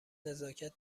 نزاکت